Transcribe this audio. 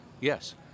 yes